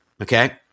Okay